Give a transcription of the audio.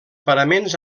paraments